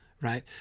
Right